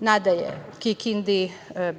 nadalje Kikindi,